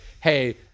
hey